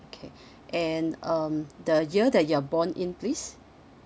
okay and um the year that you're born in please